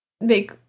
make